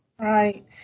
Right